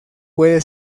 puede